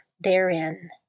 therein